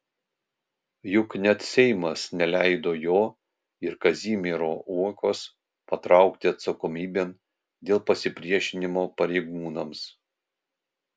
juk net seimas neleido jo ir kazimiero uokos patraukti atsakomybėn dėl pasipriešinimo pareigūnams